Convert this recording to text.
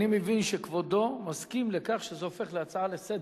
אני מבין שכבודו מסכים לכך שזה הופך להצעה לסדר-היום.